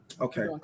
okay